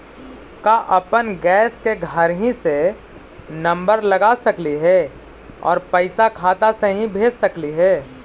का अपन गैस के घरही से नम्बर लगा सकली हे और पैसा खाता से ही भेज सकली हे?